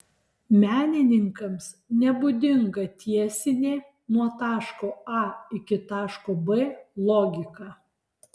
menininkams nebūdinga tiesinė nuo taško a iki taško b logika